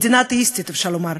מדינה אתאיסטית אפשר לומר,